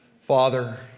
Father